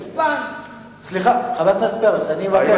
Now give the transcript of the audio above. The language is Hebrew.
אני מבקש.